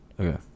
Okay